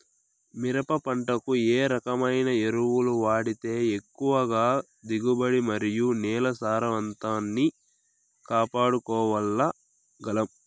మిరప పంట కు ఏ రకమైన ఎరువులు వాడితే ఎక్కువగా దిగుబడి మరియు నేల సారవంతాన్ని కాపాడుకోవాల్ల గలం?